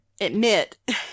admit